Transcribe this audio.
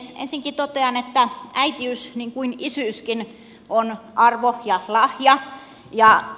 ensiksikin totean että äitiys niin kuin isyyskin on arvo ja lahja